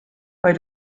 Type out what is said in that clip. bei